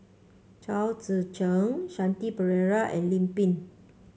Chao Tzee Cheng Shanti Pereira and Lim Pin